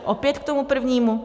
Opět tomu prvnímu?